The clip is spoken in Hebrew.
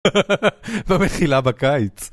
ומכילה בקיץ.